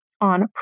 on